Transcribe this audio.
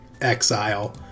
exile